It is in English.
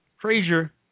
Frazier